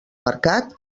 mercat